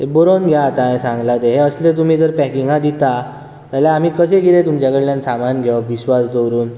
हें बरोवन घेयात ता हांयन सांगलां तें हें असले तुमी जर पॅकिंगां दिता जाल्या आमी कशे कितें तुमच्या कडल्यान सामान घेवप विश्वास दवरून